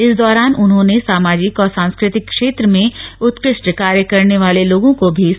इस दौरान उन्होंने सामाजिक और सांस्कृतिक क्षेत्र में उत्कृष्ट कार्य करने वाले लोगों को भी सम्मानित किया